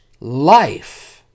life